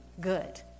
good